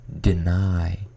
deny